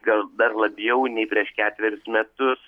gal dar labiau nei prieš ketverius metus